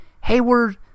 Hayward